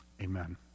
amen